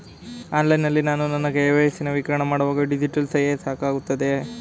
Online ನಲ್ಲಿ ನಾನು ನನ್ನ ಕೆ.ವೈ.ಸಿ ನವೀಕರಣ ಮಾಡುವಾಗ ಡಿಜಿಟಲ್ ಸಹಿ ಸಾಕಾಗುತ್ತದೆಯೇ?